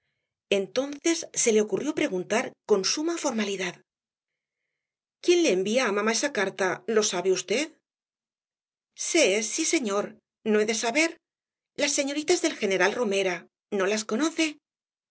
entonces se le ocurrió preguntar con suma formalidad quién le envía á mamá esa carta lo sabe v sé sí señor no he de saber las señoritas del general romera no las conoce